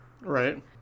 right